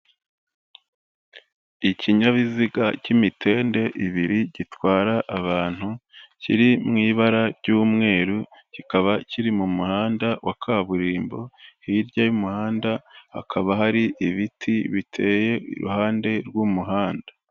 Ikinyabiziga cy'imitende ibiri gitwara abantu, kiri mu ibara ry'umweru kikaba kiri mu muhanda wa kaburimbo, hirya y'umuhanda hakaba hari ibiti biteye iruhande rw'umuhanda.